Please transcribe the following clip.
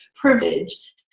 privilege